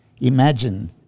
Imagine